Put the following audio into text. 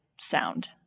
sound